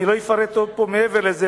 אני לא אפרט עוד פה מעבר לזה,